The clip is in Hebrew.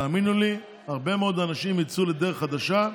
תאמינו לי, הרבה מאוד אנשים יצאו לדרך חדשה.